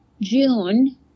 June